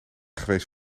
geweest